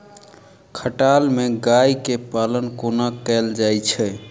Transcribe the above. खटाल मे गाय केँ पालन कोना कैल जाय छै?